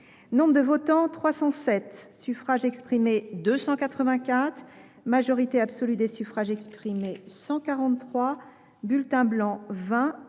Nombre de votants : 307 Suffrages exprimés : 284 Majorité absolue des suffrages exprimés : 143 Bulletins blancs